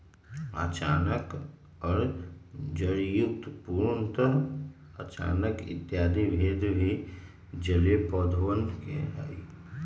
अचानक और जड़युक्त, पूर्णतः अचानक इत्यादि भेद भी जलीय पौधवा के हई